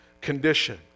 condition